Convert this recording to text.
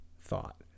thought